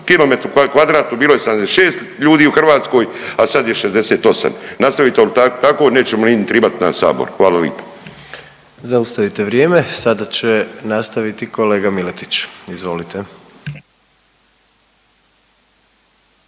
kilometru kvadratnom bilo je 76 ljudi u Hrvatskoj, a sad je 68. Nastavite li tako nećemo … tribat nas Sabor. Hvala lipa. **Jandroković, Gordan (HDZ)** Zaustavite vrijeme. Sada će nastaviti kolega Miletić. Izvolite.